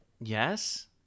Yes